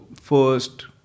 first